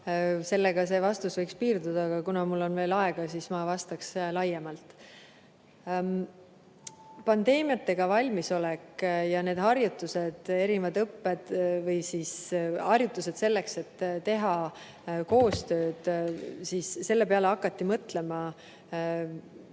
Sellega see vastus võiks piirduda, aga kuna mul on veel aega, siis ma vastan laiemalt. Pandeemiateks valmisolek ja need erinevaid õppused või harjutused selleks, et teha koostööd – selle peale hakati mõtlema